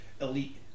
elite